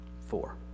Four